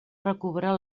recobrar